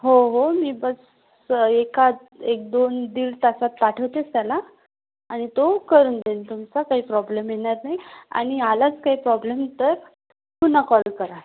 हो हो मी बस एखात् एक दोन दीड तासात पाठवतेच त्याला आणि तो करून देईल तुमचा काही प्रॉब्लेम येणार नाही आणि आलाच काही प्रॉब्लेम तर पुन्हा कॉल कराल